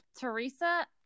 Teresa